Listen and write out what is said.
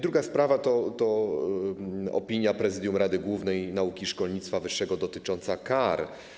Druga sprawa to opinia prezydium Rady Głównej Nauki i Szkolnictwa Wyższego dotycząca kar.